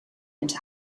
into